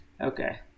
Okay